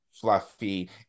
fluffy